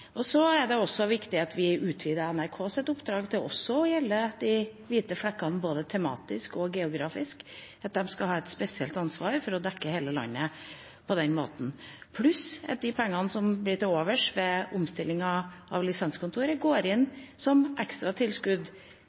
er også viktig at vi utvider NRKs oppdrag til å gjelde de «hvite flekkene» både tematisk og geografisk, at de skal ha et spesielt ansvar for å dekke hele landet på den måten, pluss at de pengene som blir til overs ved omstillingen av lisenskontoret, går inn som ekstra tilskudd